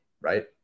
right